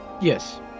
Yes